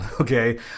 Okay